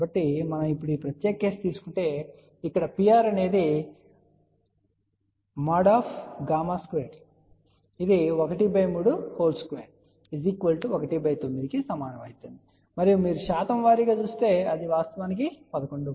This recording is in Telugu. కాబట్టి మనం ఇప్పుడు ఈ ప్రత్యేక కేసును తీసుకుంటే ఇక్కడ Pr అనునది |Γ|2 తప్ప మరొకటి కాదు ఇది 13219 సమానమైనది మరియు మీరు శాతం వారీగా చూస్తే అది వాస్తవానికి 11